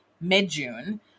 mid-June